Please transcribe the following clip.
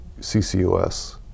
CCUS